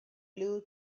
blue